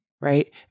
right